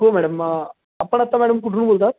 हो मॅडम आपण आता मॅडम कुठून बोलतात